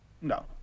No